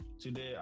today